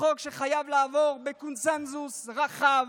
זה חוק שחייב לעבור בקונסנזוס רחב.